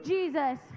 Jesus